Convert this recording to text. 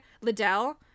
Liddell